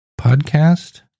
podcast